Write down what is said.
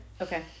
Okay